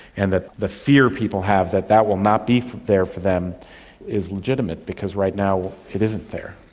and that the fear people have that that will not be there for them is legitimate because right now it isn't there.